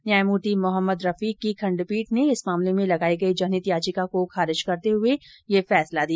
न्यायमूर्ति मोहम्मद रफीक की खंडपीठ ने इस मामले में लगायी गयी जनहित याचिका को खारिज करते हुए यह फैसला दिया